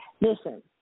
listen